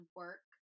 work